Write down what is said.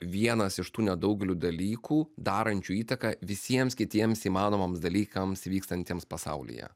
vienas iš tų nedaugelių dalykų darančių įtaką visiems kitiems įmanomams dalykams vykstantiems pasaulyje